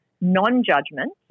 non-judgment